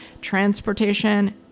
transportation